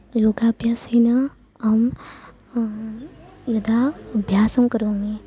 योगाभ्यासेन अहं यदा अभ्यासङ्करोमि